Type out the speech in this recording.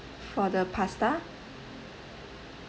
for the pasta